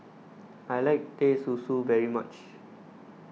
I like Teh Susu very much